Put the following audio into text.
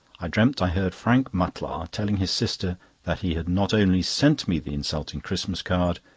i dreamt i heard frank mutlar telling his sister that he had not only sent me the insulting christmas card,